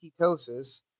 ketosis